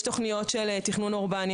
יש תכניות של תכנון אורבני,